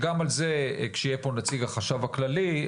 יש פה את נציג החשב הכללי,